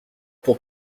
pour